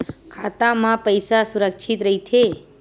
खाता मा पईसा सुरक्षित राइथे?